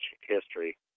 history